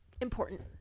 important